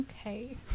Okay